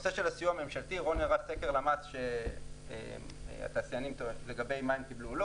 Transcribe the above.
לגבי הסיוע ממשלתי - רון הראה סקר למ"ס לגבי מה קיבלו התעשיינים או לא,